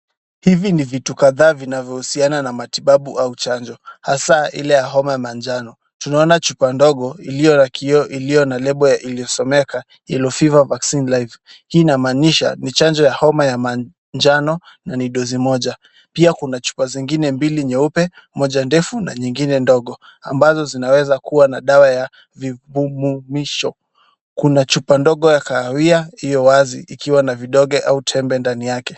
Hivi ni vitu kadhaa vinavyohusiana na matibabu au chanjo, hasa ile ya homa ya manjano, tunaona chupa ndogo ilio na kioo ilio na lebo iliosomeka Yellow Fever Vaccine life hii inamaanisha ni chanjo ya homa ya manjano na ni dosi moja. Pia kuna chupa zingine mbili nyeupe moja ndefu na nyingine ndogo ambazo zinaweza kuwa za dawa ya vivumumisho. Kuna chupa ndogo wa kahawia iliowazi ikiwa na vidonge au tembe ndani yake.